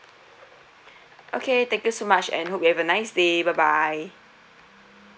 okay thank you so much and hope you have a nice day bye bye